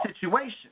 situation